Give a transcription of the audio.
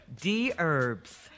D-Herbs